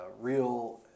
real